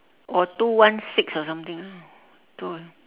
or two one six or something two